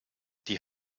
die